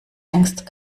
längst